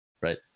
Right